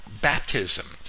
baptism